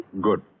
Good